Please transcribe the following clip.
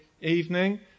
evening